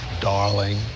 darling